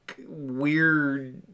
weird